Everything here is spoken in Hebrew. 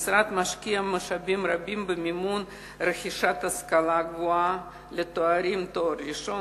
המשרד משקיע משאבים רבים במימון רכישת השכלה גבוהה לתואר ראשון,